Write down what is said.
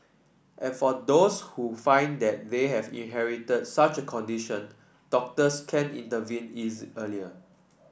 and for those who find that they have inherited such a condition doctors can intervene easy early